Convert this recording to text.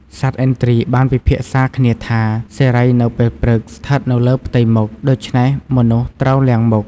សត្វឥន្ទ្រីបានពិភាក្សាគ្នាថា សិរីនៅពេលព្រឹកស្ថិតនៅលើផ្ទៃមុខ ដូច្នេះមនុស្សត្រូវលាងមុខ។